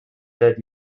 dead